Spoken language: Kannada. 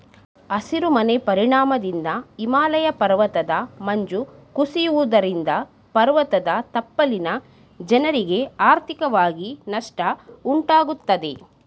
ಹಸಿರು ಮನೆ ಪರಿಣಾಮದಿಂದ ಹಿಮಾಲಯ ಪರ್ವತದ ಮಂಜು ಕುಸಿಯುವುದರಿಂದ ಪರ್ವತದ ತಪ್ಪಲಿನ ಜನರಿಗೆ ಆರ್ಥಿಕವಾಗಿ ನಷ್ಟ ಉಂಟಾಗುತ್ತದೆ